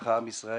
ככה עם ישראל